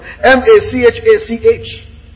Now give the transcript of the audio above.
M-A-C-H-A-C-H